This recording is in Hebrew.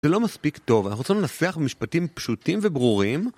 זה לא מספיק טוב, אנחנו רוצים לנסח במשפטים פשוטים וברורים